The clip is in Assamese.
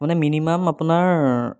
মানে মিনিমাম আপোনাৰ